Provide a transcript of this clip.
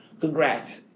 Congrats